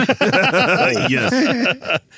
Yes